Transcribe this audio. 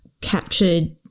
captured